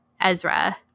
Ezra